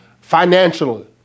financially